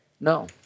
No